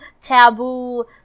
taboo